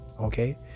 Okay